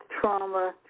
Trauma